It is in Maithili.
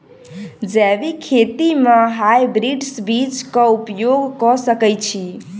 जैविक खेती म हायब्रिडस बीज कऽ उपयोग कऽ सकैय छी?